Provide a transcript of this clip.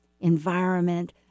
environment